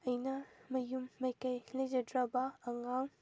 ꯑꯩꯅ ꯃꯌꯨꯝ ꯃꯀꯩ ꯂꯩꯖꯗ꯭ꯔꯕ ꯑꯉꯥꯡ